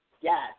Yes